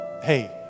Hey